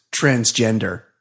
transgender